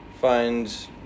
Find